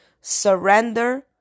surrender